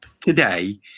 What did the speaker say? today